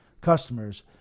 Customers